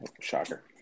Shocker